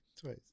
Twice